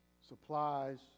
supplies